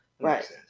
right